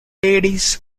ladies